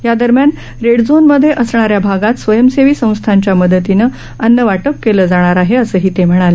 यादरम्यान red zone मध्ये असणाऱ्या भागात स्वयंसेवी संस्थांच्या मदतीने अन्न वाटप केलं जाणार आहे असही ते म्हणाले